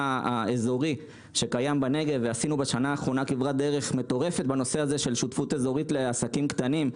שיהיה בכל עיר מנהיג לעסקים קטנים,